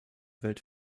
welt